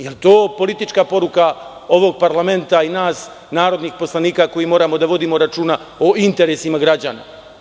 Da li je to politička poruka ovog parlamenta i nas narodnih poslanika koji moramo da vodimo računa o interesima građana?